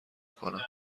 کنم